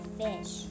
fish